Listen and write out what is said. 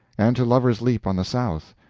and to lover's leap on the south,